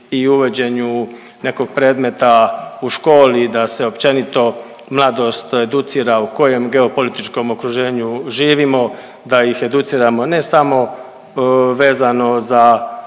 o uvođenju nekog predmeta u školi i da se općenito mladost educira u kojem geopolitičkom okruženju živimo, da ih educiramo ne samo vezano za